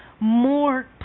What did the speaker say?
more